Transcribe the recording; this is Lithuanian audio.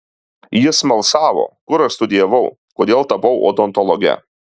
jis smalsavo kur aš studijavau kodėl tapau odontologe